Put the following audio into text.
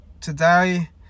today